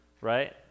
right